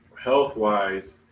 health-wise